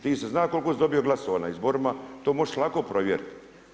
Ti se zna koliko si dobio glasova na izborima, to možeš lako provjeriti.